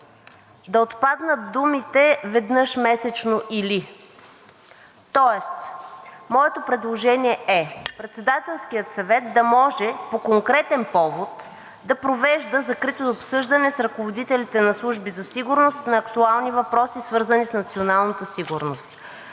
да отпаднат думите „веднъж месечно или“. Тоест, моето предложение е: „Председателският съвет да може по конкретен повод да провежда закрито обсъждане с ръководителите на служби за сигурност на актуални въпроси, свързани с националната сигурност.“